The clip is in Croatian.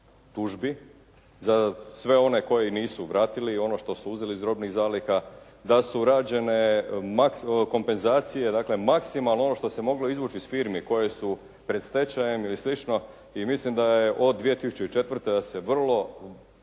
tužbi za sve one koji nisu vratili i ono što su uzeli iz robnih zaliha da su rađene kompenzacije, dakle maksimalno ono što se moglo izvući iz firmi koje su pred stečajem ili sl. i mislim da je od 2004. da se vrlo